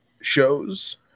shows